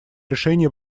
решение